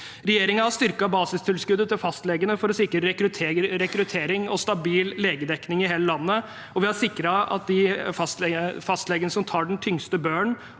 Regjeringen har styrket basistilskuddet til fastlegene for å sikre rekruttering og stabil legedekning i hele landet, og vi har sikret at de fastlegene som tar den tyngste børen,